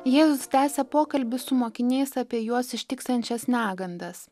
jėzus tęsia pokalbį su mokiniais apie juos ištiksiančias negandas